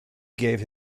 gave